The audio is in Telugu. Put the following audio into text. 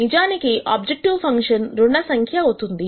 నిజానికి ఆబ్జెక్టివ్ ఫంక్షన్ రుణ సంఖ్య అవుతుంది